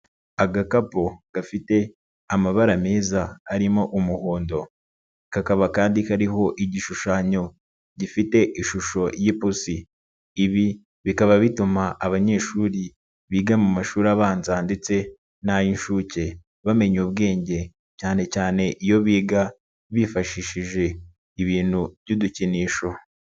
Agakapu gafite amabara meza arimo umuhondo, kakaba kandi kariho igishushanyo gifite ishusho y'ipusi, ibi bikaba bituma abanyeshuri biga mu mashuri abanza ndetse n'ay'inshuke bamenya ubwenge, cyane cyane iyo biga bifashishije ibintu by'udukinisho.